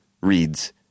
reads